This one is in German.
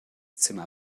zimmer